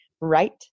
right